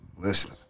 Listen